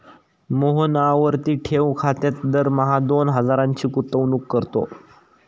मोहन आवर्ती ठेव खात्यात दरमहा दोन हजारांची गुंतवणूक करतो